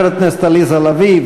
חברת הכנסת עליזה לביא,